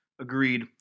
Agreed